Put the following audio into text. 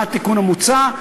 מה התיקון המוצע.